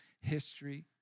history